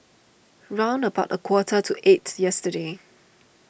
round about a quarter to eight yesterday